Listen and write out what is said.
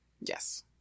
Yes